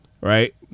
right